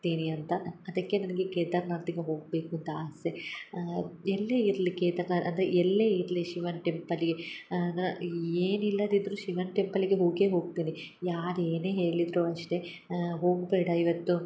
ತೀನಿ ಅಂತ ಅದಕ್ಕೆ ನನಗೆ ಕೇದಾರ್ನಾಥ್ಗೆ ಹೋಗಬೇಕು ಅಂತ ಆಸೆ ಎಲ್ಲೇ ಇರಲಿ ಕೇದಾರ್ ಅಂದರೆ ಎಲ್ಲೇ ಇರಲಿ ಶಿವನ ಟೆಂಪಲಿಗೆ ಏನು ಇಲ್ಲದಿದ್ದರೂ ಶಿವನ ಟೆಂಪಲಿಗೆ ಹೋಗೇ ಹೋಗ್ತೀನಿ ಯಾರು ಏನೇ ಹೇಳಿದರೂ ಅಷ್ಟೇ ಹೋಗಬೇಡ ಇವತ್ತು